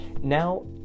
Now